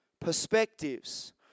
perspectives